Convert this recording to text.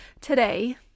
today